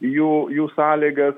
jų jų sąlygas